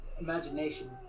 imagination